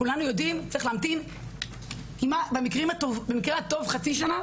כולנו יודעים צריכים להמתין במקרה הטוב חצי שנה,